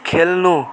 खेल्नु